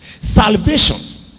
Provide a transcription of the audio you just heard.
salvation